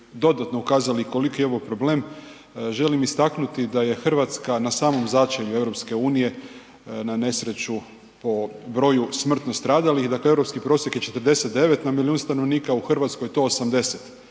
dodatno ukazali koliki je ovo problem želim istaknuti da je Hrvatska na samo začelju EU, na nesreću po broju smrtno stradalih. Dakle europski prosjek je 49 na milijun stanovnika a u hrvatskoj je to 80.